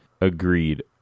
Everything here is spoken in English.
Agreed